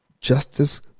Justice